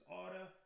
order